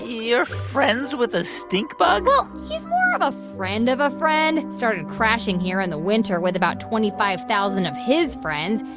you're friends with a stink bug? he's more of a friend of a friend. he started crashing here in the winter with about twenty five thousand of his friends.